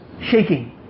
shaking